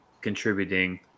contributing